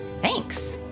Thanks